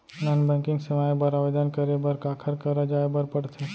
non banking सेवाएं बर आवेदन करे बर काखर करा जाए बर परथे